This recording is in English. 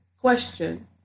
Question